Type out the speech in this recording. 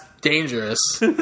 dangerous